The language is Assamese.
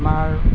আমাৰ